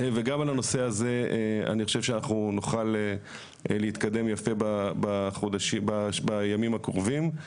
וגם על הנושא הזה אני חושב שאנחנו נוכל להתקדם יפה בימים הקרובים.